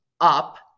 up